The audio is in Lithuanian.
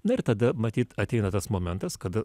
na ir tada matyt ateina tas momentas kada